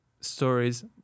stories